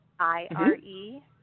I-R-E